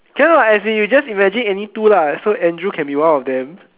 can what as in you just imagine any two lah so Andrew can be one of them